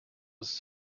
was